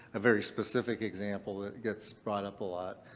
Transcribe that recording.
a very specific example that gets brought up a lot.